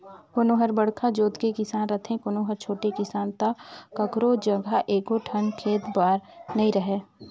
कोनो हर बड़का जोत के किसान रथे, कोनो हर छोटे किसान त कखरो जघा एको ठन खेत खार नइ रहय